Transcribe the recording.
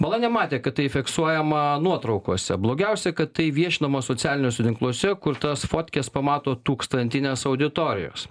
bala nematė kad tai fiksuojama nuotraukose blogiausia kad tai viešinama socialiniuose tinkluose kur tos fotkės pamato tūkstantinės auditorijos